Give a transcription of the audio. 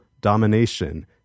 domination